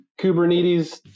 Kubernetes